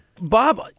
Bob